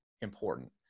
important